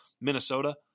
Minnesota